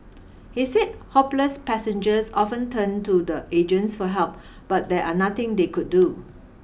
he said hopeless passengers often turned to the agents for help but there are nothing they could do